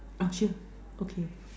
are you sure okay